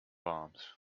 arms